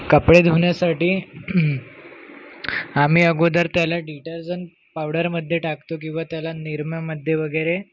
कपडे धुण्यासाठी आम्ही अगोदर त्याला डिटर्जंट पावडरमध्ये टाकतो किंवा त्याला निरमामध्ये वगेरे